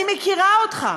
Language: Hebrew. אני מכירה אותך,